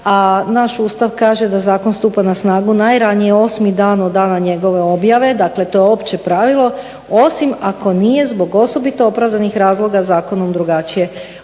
naš Ustav kaže da zakon stupa na snagu najranije 8.dan od dana njegove objave, dakle to je opće pravilo, osim ako nije zbog osobito opravdanih razloga zakonom drugačije